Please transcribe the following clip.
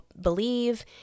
believe